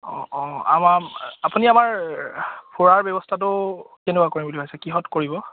অঁ অঁ আমাৰ আপুনি আমাৰ ফুৰাৰ ব্যৱস্থাটো কেনেকুৱা কৰিম বুলি ভাবিছে কিহত কৰিব